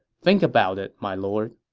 think about it, my lord.